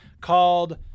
called